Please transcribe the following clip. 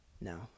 No